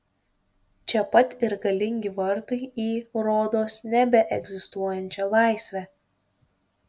čia pat ir galingi vartai į rodos nebeegzistuojančią laisvę